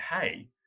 hey